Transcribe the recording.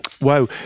Wow